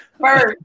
first